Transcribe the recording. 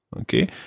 Okay